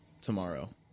tomorrow